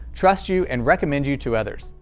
trust you and recommend you to others.